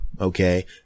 okay